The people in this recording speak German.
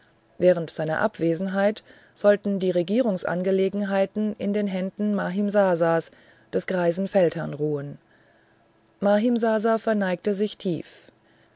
während seiner abwesenheit sollten die regierungsangelegenheiten in den händen mahimsasas des greisen feldherrn ruhen mahimsasa verneigte sich tief